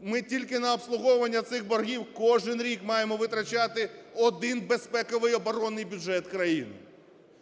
Ми тільки на обслуговування цих боргів кожний рік маємо витрачати один безпековий, оборонний бюджет країни.